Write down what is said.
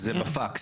שזה יגיע בפקס.